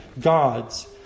God's